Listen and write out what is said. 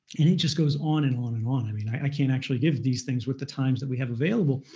and it just goes on and on and on. i mean, i can't actually give these things with the times that we have available.